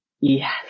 Yes